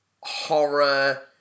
horror